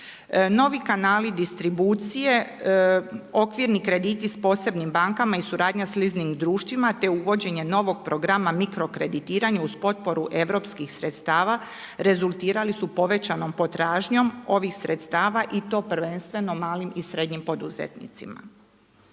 Novi kanali distribucije okvirni krediti s posebnim bankama i suradnja s leasing društvima te uvođenje novog programa mikrokreditiranja uz potporu europskih sredstava rezultirali su povećanom potražnjom ovih sredstava i to prvenstveno malim i srednjim poduzetnicima.